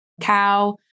cow